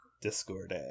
Discord